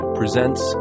presents